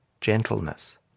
gentleness